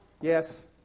yes